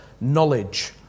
knowledge